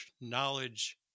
knowledge